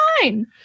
fine